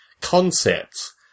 concepts